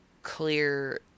clear